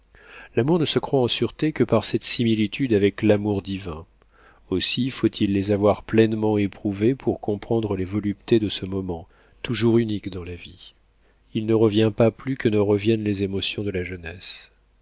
l'amour ne se croit en sûreté que par cette similitude avec l'amour divin aussi faut-il les avoir pleinement éprouvées pour comprendre les voluptés de ce moment toujours unique dans la vie il ne revient pas plus que ne reviennent les émotions de la jeunesse